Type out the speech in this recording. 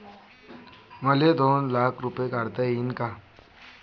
मले दोन लाख रूपे काढता येईन काय?